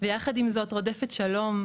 ויחד עם זאת רודפת שלום,